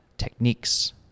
techniques